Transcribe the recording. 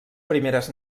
primeres